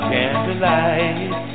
Candlelight